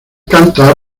cántaro